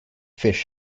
fish